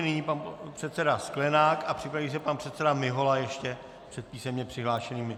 Nyní pan předseda Sklenák a připraví se pan předseda Mihola, ještě před písemně přihlášenými.